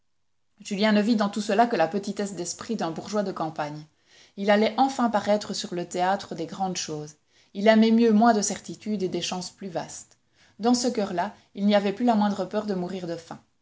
julien ne vit dans tout cela que la petitesse d'esprit d'un bourgeois de campagne il allait enfin paraître sur le théâtre des grandes choses il aimait mieux moins de certitude et des chances plus vastes dans ce coeur-là il n'y avait plus la moindre peur de mourir de faim